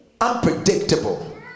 unpredictable